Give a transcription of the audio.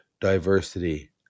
diversity